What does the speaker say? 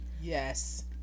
Yes